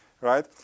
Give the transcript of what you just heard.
right